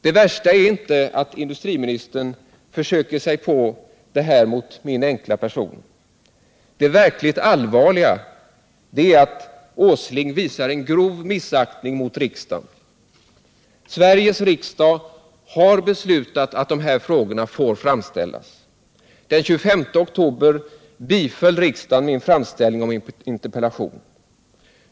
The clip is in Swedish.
Det värsta är inte att industriministern försöker sig på detta mot min enkla person. Det verkligt allvarliga är att Åsling visar grov missaktning mot riksdagen. Sveriges riksdag har beslutat att de här frågorna får framställas. Den 25 oktober biföll riksdagen min framställning om interpellation.